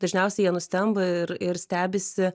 dažniausiai jie nustemba ir ir stebisi